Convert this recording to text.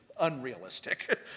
unrealistic